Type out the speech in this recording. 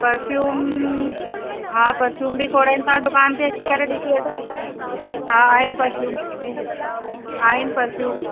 perfume हा perfume बि खोड़ आहिनि तव्हां दुकानु ते अची करे ॾिसी वठो हा आहिनि परफ़्यूम आहिनि परफ़्यूम